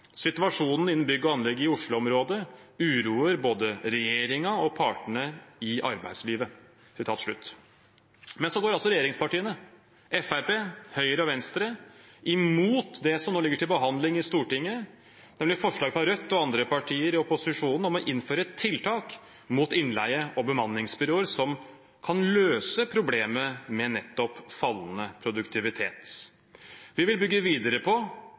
innen bygg og anlegg i Oslo-området uroer både regjeringen og partene i arbeidslivet». Men så går altså regjeringspartiene – Fremskrittspartiet, Høyre og Venstre – imot det som nå ligger til behandling i Stortinget, nemlig forslag fra Rødt og andre partier i opposisjonen om å innføre tiltak mot innleie og bemanningsbyråer, som kan løse problemet med nettopp fallende produktivitet. Vi vil bygge videre på